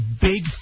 big